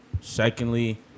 Secondly